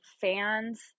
fans